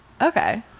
Okay